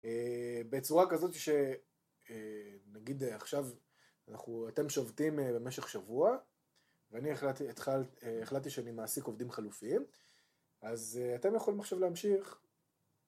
בצורה כזאת שנגיד עכשיו אתם שובתים במשך שבוע ואני החלטתי שאני מעסיק עובדים חלופיים אז אתם יכולים עכשיו להמשיך